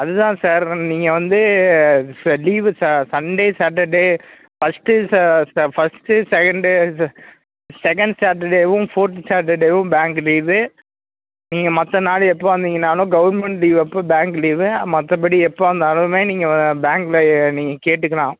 அது தான் சார் வந் நீங்கள் வந்து ச லீவு ச சண்டே சாட்டர்டே ஃபஸ்ட்டு ச ஃபஸ்ட்டு செகண்டு செகண்டு சாட்டர்டேவும் ஃபோர்த்து சாட்டர்டேவும் பேங்கு லீவு நீங்கள் மற்ற நாள் எப்போ வந்தீங்கன்னாலும் கவர்மெண்ட் லீவு அப்போ பேங்க் லீவு மற்றபடி எப்போ வந்தாலுமே நீங்கள் அ பேங்கில் ய நீங்கள் கேட்டுக்கலாம்